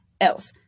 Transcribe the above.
else